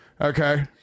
Okay